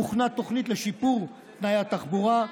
הוכנה תוכנית לשיפור תנאי התחבורה,